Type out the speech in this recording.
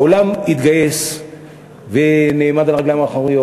העולם התגייס ונעמד על רגליו האחוריות,